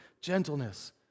gentleness